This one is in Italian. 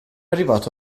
arrivato